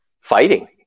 fighting